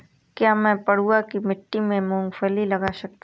क्या मैं पडुआ की मिट्टी में मूँगफली लगा सकता हूँ?